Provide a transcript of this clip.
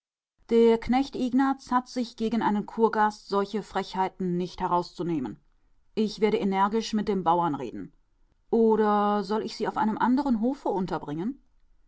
der knecht ignaz hat sich gegen einen kurgast solche frechheiten nicht herauszunehmen ich werde energisch mit dem bauern reden oder soll ich sie auf einem anderen hofe unterbringen